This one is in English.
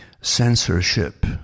censorship